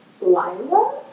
lila